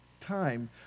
time